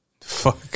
Fuck